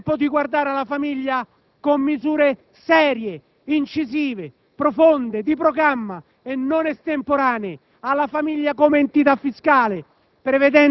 È tempo di guardare alla famiglia con misure serie, incisive, profonde, di programma e non estemporanee, alla famiglia come entità fiscale,